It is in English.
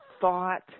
thought